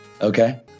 Okay